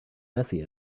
bessie